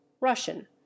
Russian